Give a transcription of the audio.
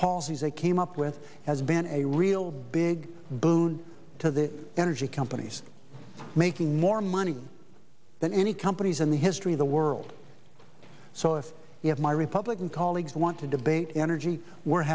policies they came up with has been a real big boon to the energy companies making more money than any companies in the history of the world so if you have my republican colleagues want to debate energy we're